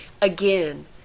Again